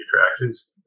attractions